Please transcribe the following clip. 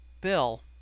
Bill